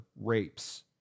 rapes